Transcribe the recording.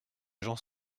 gens